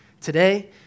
today